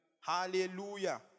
Hallelujah